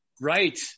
right